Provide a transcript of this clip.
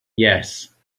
yes